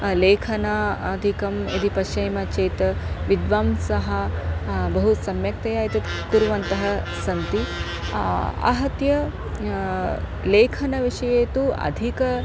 लेखनम् अधिकं यदि पश्येम चेत् विद्वांसः बहु सम्यक्तया इति कुर्वन्तः सन्ति आहत्य लेखनविषये तु अधिक